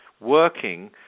working